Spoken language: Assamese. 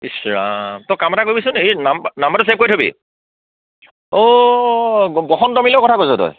ইছ ৰাম তই কাম এটা কৰিবচোন এই নাম্বৰ নাম্বাৰটো ছেভ কৰি থ'বি অ' ৱসন্ত মিলৰ কথা কৈছোঁ তই